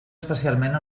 especialment